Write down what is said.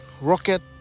rocket